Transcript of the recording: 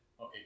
Okay